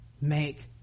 make